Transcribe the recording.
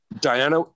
Diana